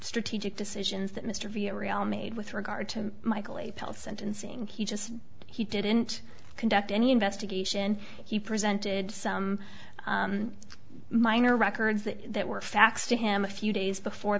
strategic decisions that mr via real made with regard to michael apell sentencing he just he didn't conduct any investigation he presented some minor records that were faxed to him a few days before